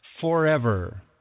forever